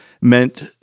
meant